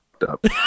up